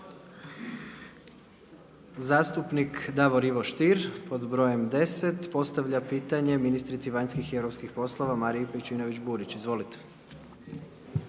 Zastupnik Davor Ivo Stier, pod brojem 10, postavlja pitanje ministrici vanjskih i europskih poslova, Mariji Pejčinović Burić. Izvolite.